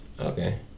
Okay